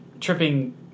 tripping